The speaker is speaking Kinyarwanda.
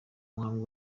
muhango